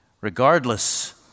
regardless